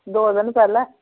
दो दिन पैह्लैं